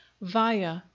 via